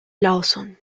lawson